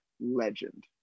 legend